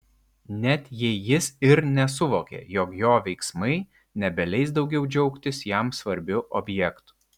net jei jis ir nesuvokė jog jo veiksmai nebeleis daugiau džiaugtis jam svarbiu objektu